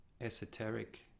esoteric